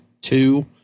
two